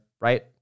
right